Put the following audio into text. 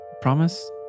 promise